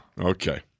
Okay